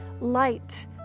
light